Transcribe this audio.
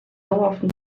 dauerhaften